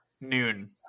noon